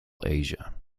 asia